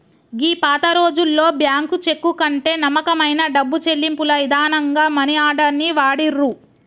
గీ పాతరోజుల్లో bank cheque కంటే నమ్మకమైన డబ్బు చెల్లింపుల ఇదానంగా మనీ ఆర్డర్ ని వాడిర్రు